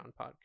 podcast